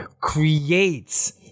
creates